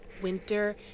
winter